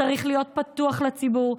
צריך להיות פתוח לציבור,